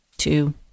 Two